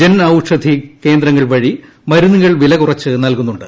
ജൻ ഔഷധി കേന്ദ്രങ്ങൾ വഴി മരുന്നുകൾ വിലകുറച്ച് നൽകുന്നുണ്ട്